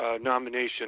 nomination